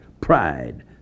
pride